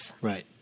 right